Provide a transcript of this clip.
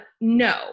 No